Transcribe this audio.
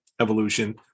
evolution